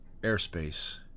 airspace